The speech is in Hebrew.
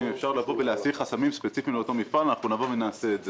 אם אפשר לבוא ולהסיר חסמים ספציפיים לאותו מפעל אנחנו נבוא ונעשה את זה.